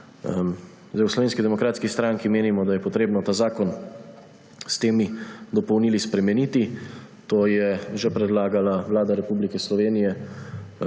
last. V Slovenski demokratski stranki menimo, da je potrebno ta zakon s temi dopolnili spremeniti. To je že predlagala Vlada Republike Slovenije